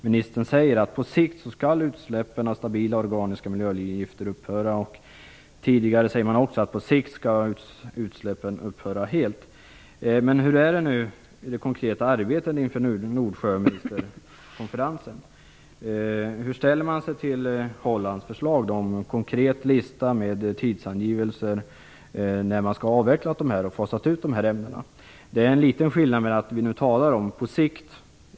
Ministern säger där att utsläppen av stabila organiska miljögifter skall upphöra helt på sikt. Hur är det i det konkreta arbetet inför Nordsjöministerkonferensen? Hur ställer man sig till Hollands förslag om en konkret lista med tidsangivelser för när man skall ha avvecklat och fasat ut dessa ämnen? I frågesvaret talas om avveckling på sikt.